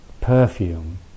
perfume